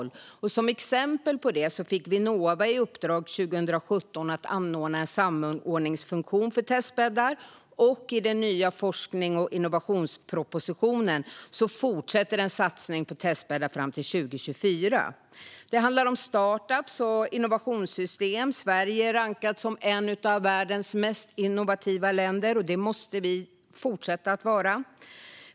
Som exempel fick Vinnova i uppdrag 2017 att anordna en samordningsfunktion för testbäddar, och i den nya forsknings och innovationspropositionen fortsätter en satsning på testbäddar fram till 2024. Det handlar också om startup-företag och innovationssystem. Sverige är rankat som ett av världens mest innovativa länder, och det måste vi fortsätta att vara.